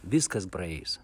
viskas praeis